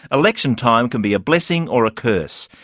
election time can be a blessing or a curse.